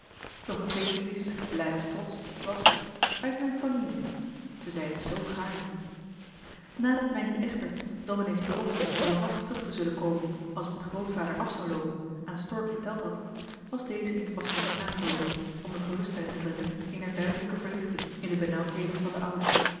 het theeservies leida's trots was uit mijn fâmille ze zei het z gaarne nadat mijntje egberts hem domenee's belofte verteld had van vast terug te zullen komen als het met grootvader af zou loopen was stork hier even aangegaan om de geruststelling te brengen eener duidelijke verlichting in de benauwdheden van den oude